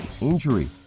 injury